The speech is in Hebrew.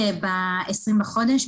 ב-20 לחודש,